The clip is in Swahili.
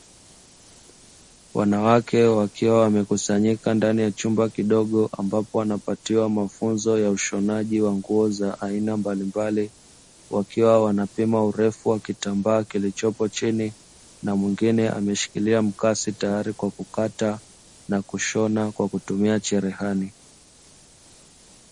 Wanawake wakiwa wamekusanyika ndani ya chumba kidogo ambapo wanapatiwa mafunzo ya ushonaji wa nguo za aina mbalimbali, wakiwa wanapima urefu wa kitambaa kilichopo chini na mwingine ameshikilia mkasi tayari kwa kukata na kushona kwa kutumia cherehani.